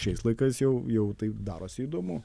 šiais laikais jau jau tai darosi įdomu